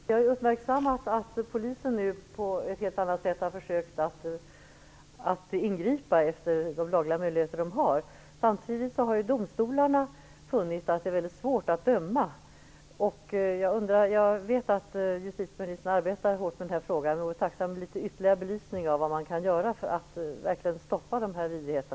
Fru talman! Vi har ju uppmärksammat att polisen på ett helt annat sätt har försökt att ingripa efter de lagliga möjligheter de har. Samtidigt har domstolarna funnit att det är mycket svårt att döma. Jag vet att justitieministern arbetar hårt med den här frågan. Jag vore tacksam för litet ytterligare belysning av vad man kan göra för att stoppa dessa vidrigheter.